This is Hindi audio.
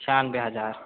छियानवे हजार